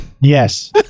Yes